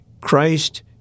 Christ